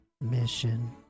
mission